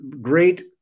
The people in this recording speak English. great